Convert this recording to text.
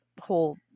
whole